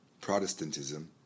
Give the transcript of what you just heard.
Protestantism